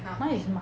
mine is market